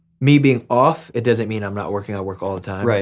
me being off, it doesn't mean i'm not working. i work all the time.